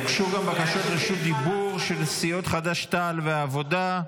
הוגשו גם בקשות רשות דיבור של סיעות חד"ש-תע"ל והעבודה.